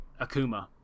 Akuma